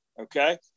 okay